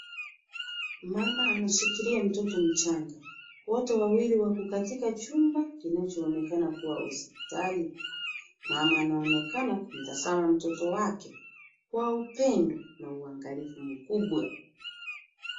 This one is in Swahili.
Mama anashikilia mtoto mchanga. Wote wawili wako katika chumba kinachoonekana kuwa hospitali. Mama anaonekana kumtazama mtoto wake kwa upendo na uangalifu mkubwa.